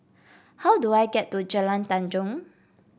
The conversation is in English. how do I get to Jalan Tanjong